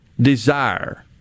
desire